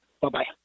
Bye-bye